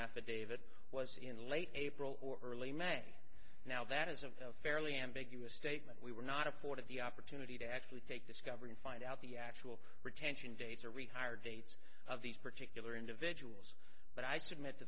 affidavit was in late april or early may now that is a fairly ambiguous statement we were not afforded the opportunity to actually take discovered and find out the actual retention dates are we hire dates of these particular individuals but i submit to